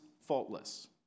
faultless